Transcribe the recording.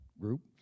group